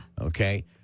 Okay